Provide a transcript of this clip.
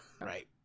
right